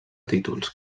títols